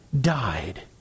died